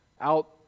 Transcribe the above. out